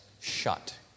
shut